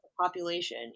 Population